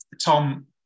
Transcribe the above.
Tom